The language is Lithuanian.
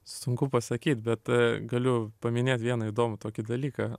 sunku pasakyt bet galiu paminėt vieną įdomų tokį dalyką